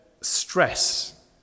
stress